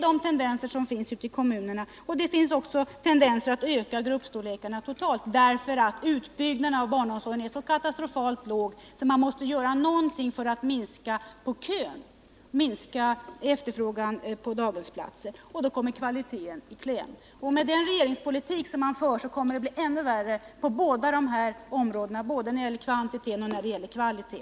Det finns också tendenser att öka gruppstorlekarna totalt sett ute i kommunerna, därför att utbyggnaden av barnomsorgen är så katastrofalt låg att man måste göra någonting för att minska kön till daghemsplatserna. När man skall försöka tillgodose efterfrågan på daghemsplatser får alltså kvaliteten komma i kläm. Med den regeringspolitik som förs kommer det att bli ännu värre på båda dessa områden, och vi får försämringar såväl när det gäller kvantitet som när det gäller kvalitet.